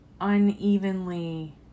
unevenly